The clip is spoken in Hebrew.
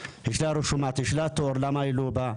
יש לה תור, למה היא לא באה?